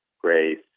grace